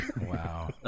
Wow